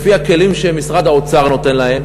לפי הכלים שמשרד האוצר נותן להם,